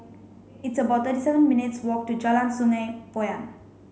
it's about thirty seven minutes' walk to Jalan Sungei Poyan